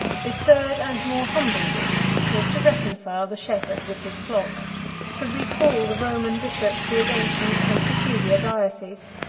his third and more humble wish was to reconcile the shepherd with his flock to recall the roman bishop to his ancient and peculiar diocese.